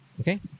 Okay